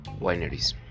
wineries